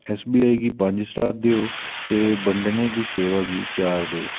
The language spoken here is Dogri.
ऐस बी आई गी पंज स्टार देओ ते बंडने दी सेवा गी चार देओ